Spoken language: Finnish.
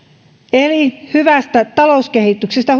eli hyvästä talouskehityksestä